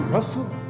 Russell